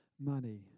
money